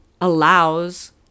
allows